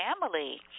family